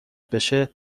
بشه